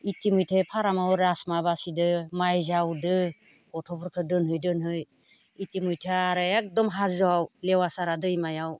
इतिमध्ये फारामाव राजमा बासिदों माइ जावदों गथ'फोरखौ दोनहै दोनहै इतिमध्ये आरो एकदम हाजोआव लेवासारा दैमायाव